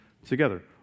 together